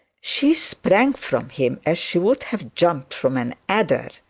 she sprang from him as she would have jumped from an adder,